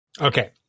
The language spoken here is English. Okay